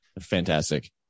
Fantastic